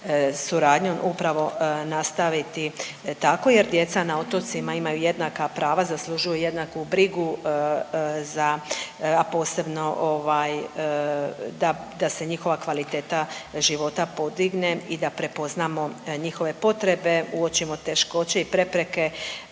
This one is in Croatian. suradnjom upravo nastaviti tako jer djeca na otocima imaju jednaka prava, zaslužuju jednaku brigu za, a posebno ovaj da se njihova kvaliteta života podigne i da prepoznamo njihove potrebe, uočimo teškoće i prepreke